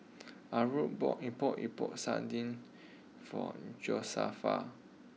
Aura bought Epok Epok Sardin for Josefa